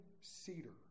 cedar